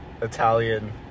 italian